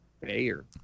Bayer